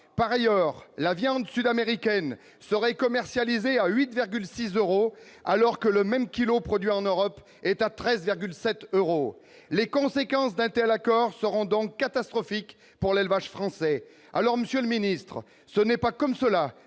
par ailleurs la viande sud-américaine serait commercialisé à 8,6 euros alors que le même kilo produit en Europe est à 13,7 euros les conséquences d'un thé à la Corse seront donc catastrophique pour l'élevage français, alors Monsieur le ministre, ce n'est pas comme cela